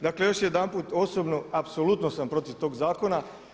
Dakle još jedanput osobno, apsolutno sam protiv tog zakona.